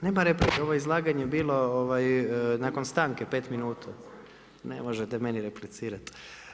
Nema replike, ovo je izlaganje bilo nakon stanke 5 minuta, ne možete meni replicirati.